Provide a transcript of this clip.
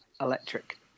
Electric